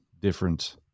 different